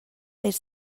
des